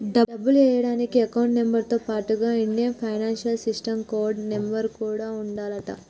డబ్బులు ఎయ్యడానికి account number తో పాటుగా Indian financial system code number కూడా ఉండాలంట